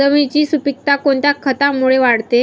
जमिनीची सुपिकता कोणत्या खतामुळे वाढते?